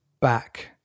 back